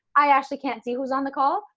i actually can't see who's on the call.